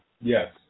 Yes